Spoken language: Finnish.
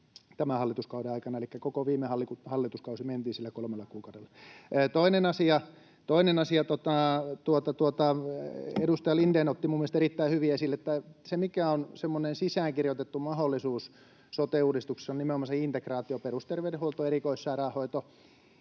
tämän hallituskauden aikana. Elikkä koko viime hallituskausi mentiin sillä kolmella kuukaudella. Toinen asia: Edustaja Lindén otti minun mielestäni erittäin hyvin esille, että se, mikä on semmoinen sisäänkirjoitettu mahdollisuus sote-uudistuksessa, on nimenomaan se integraatio, perusterveydenhuolto ja erikoissairaanhoito.